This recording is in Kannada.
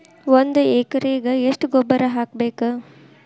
ಒಂದ್ ಎಕರೆಗೆ ಎಷ್ಟ ಗೊಬ್ಬರ ಹಾಕ್ಬೇಕ್?